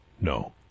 No